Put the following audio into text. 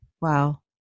Wow